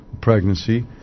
pregnancy